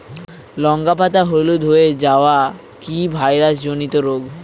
লঙ্কা পাতা হলুদ হয়ে যাওয়া কি ভাইরাস জনিত রোগ?